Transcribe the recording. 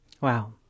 Wow